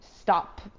stop